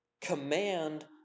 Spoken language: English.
command